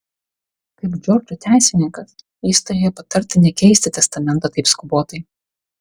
kaip džordžo teisininkas jis turėjo patarti nekeisti testamento taip skubotai